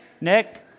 Nick